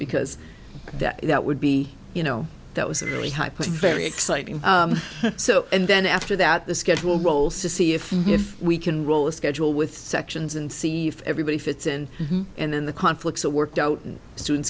because that would be you know that was a really high putting very exciting so and then after that the schedule goal says see if we can roll a schedule with sections and see if everybody fits in and then the conflicts are worked out and student